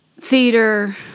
theater